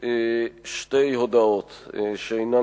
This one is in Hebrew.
שתי הודעות שאינן